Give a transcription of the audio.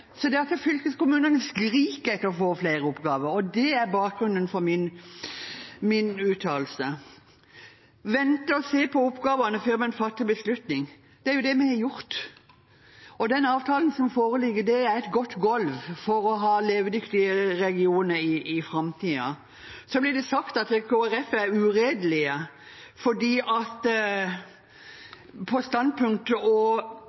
Fylkeskommunene skriker etter å få flere oppgaver, og det er bakgrunnen for min uttalelse. Å vente og se på oppgavene før man fatter en beslutning, er jo det vi har gjort. Avtalen som foreligger, er et godt gulv for å ha levedyktige regioner i framtiden. Det blir sagt at Kristelig Folkeparti er uredelig på standpunkter og politikk, men det vil vi selv ha definisjonsmakten over. Om Kristelig Folkeparti og